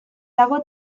dago